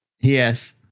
Yes